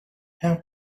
how